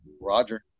Roger